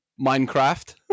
Minecraft